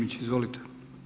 Izvolite.